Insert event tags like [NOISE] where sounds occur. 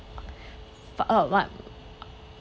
[BREATH] part uh one